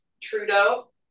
Trudeau